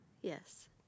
Yes